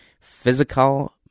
physical